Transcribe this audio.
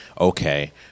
okay